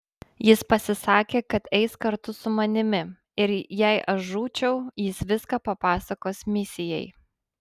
jis pasisakė kad eis kartu su manimi ir jei aš žūčiau jis viską papasakos misijai